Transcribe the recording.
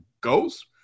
ghost